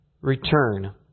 return